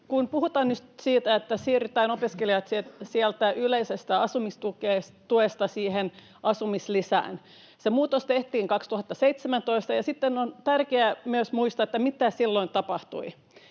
puhutaan nyt siitä, että siirretään opiskelijat yleisestä asumistuesta siihen asumislisään, niin se muutos tehtiin 2017, ja on tärkeää myös muistaa, mitä silloin tapahtui.